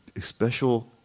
special